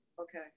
Okay